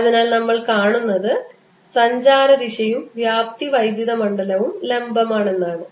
അതിനാൽ നമ്മൾ കാണുന്നത് സഞ്ചാരദിശയും വ്യാപ്തി വൈദ്യുത മണ്ഡലവും ലംബമാണ്